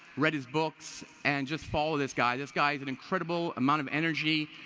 read his books, and just followed this guy, this guy has an incredible amount of energy,